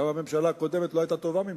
גם הממשלה הקודמת לא היתה טובה ממנה,